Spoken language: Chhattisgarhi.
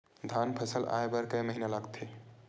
धान फसल आय बर कय महिना लगथे?